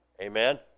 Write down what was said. Amen